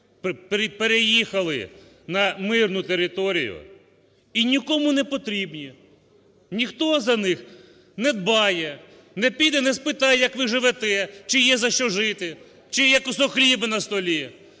переїхали на мирну територію і нікому ні потрібні. Ніхто за них не дбає, не піде не спитає, як ви живете, чи є за що жити, чи є кусок хліба на столі.